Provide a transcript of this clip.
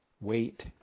wait